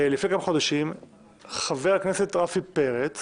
לפני כמה חודשים חבר הכנסת רפי פרץ